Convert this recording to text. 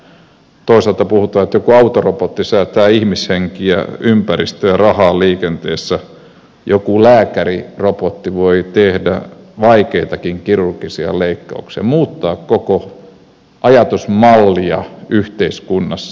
toisaalta puhutaan että joku autorobotti säästää ihmishenkiä ympäristöä rahaa liikenteessä joku lääkärirobotti voi tehdä vaikeitakin kirurgisia leikkauksia muuttaa koko ajatusmallia yhteiskunnassa